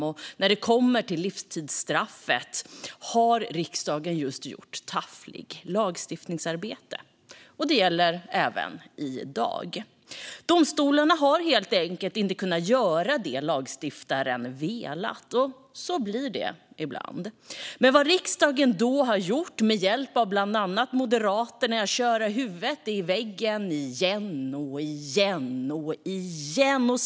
Och när det kommer till livstidsstraffet har riksdagen just gjort ett taffligt lagstiftningsarbete. Det gäller även i dag. Domstolarna har helt enkelt inte kunnat göra det lagstiftaren velat. Så blir det ibland. Men vad riksdagen då har gjort, med hjälp av bland annat Moderaterna, är att man kört huvudet i väggen igen och igen och igen.